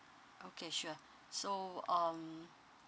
okay sure so um